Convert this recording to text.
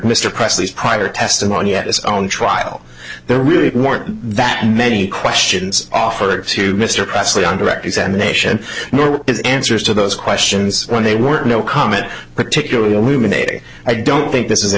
presley's prior testimony at its own trial there really weren't that many questions offered to mr presley on direct examination answers to those questions when they were no comment particularly illuminating i don't think th